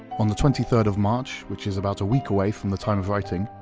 on the twenty third of march, which is about a week away from the time of writing,